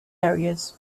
areas